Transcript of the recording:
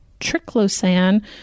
triclosan